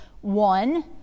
One